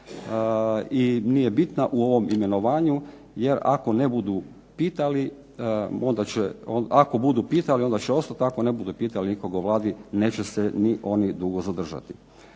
i nije bitna u ovom imenovanju jer ako budu pitali onda će ostat, ako ne budu pitali nikoga u Vladi neće se ni oni dugo zadržati.